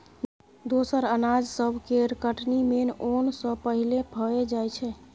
दोसर अनाज सब केर कटनी मेन ओन सँ पहिले भए जाइ छै